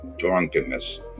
drunkenness